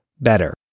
better